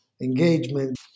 engagement